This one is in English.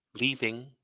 Leaving